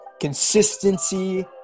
consistency